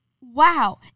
Wow